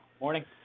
Morning